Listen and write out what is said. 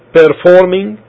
performing